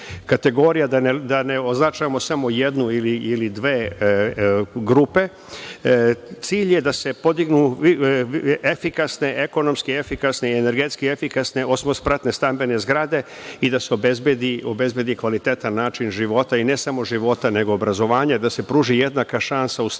da ne označimo samo jednu ili dve grupe. Cilj je da se podignu ekonomski efikasne i energetski efikasne osmospratne stambene zgrade i da se obezbedi kvalitetan način života i ne samo života, nego i obrazovanja, da se pruži jednaka šansa u startu